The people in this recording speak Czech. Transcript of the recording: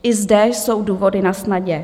I zde jsou důvody nasnadě.